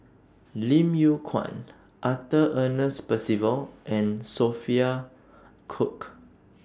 Lim Yew Kuan Arthur Ernest Percival and Sophia Cooke